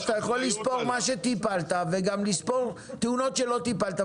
אתה יכול לספור מה שטיפלת וגם לספור תאונות של טיפלת,